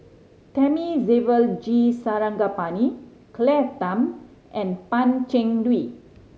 Thamizhavel G Sarangapani Claire Tham and Pan Cheng Lui